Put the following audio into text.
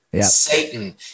Satan